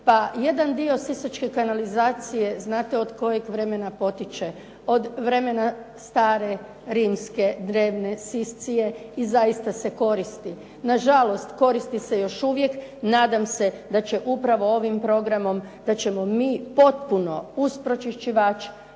Pa jedan dio sisačke kanalizacije znate od kojeg vremena potječe? Od vremena stare rimske drevne Siscije i zaista se koristi. Nažalost, koristi se još uvijek. Nadam se da će upravo ovim programom, da ćemo mi potpuno uz pročiščivač